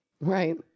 Right